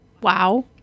Wow